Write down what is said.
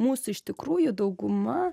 mūsų iš tikrųjų dauguma